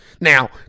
Now